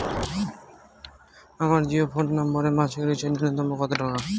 আমার জিও ফোন নম্বরে মাসিক রিচার্জ নূন্যতম কত টাকা?